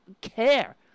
care